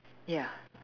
ya